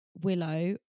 Willow